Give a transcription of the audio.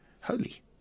holy